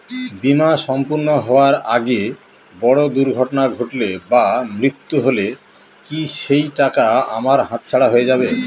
বীমা সম্পূর্ণ হওয়ার আগে বড় দুর্ঘটনা ঘটলে বা মৃত্যু হলে কি সেইটাকা আমার হাতছাড়া হয়ে যাবে?